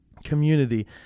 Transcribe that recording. Community